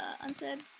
unsaid